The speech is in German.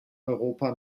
europa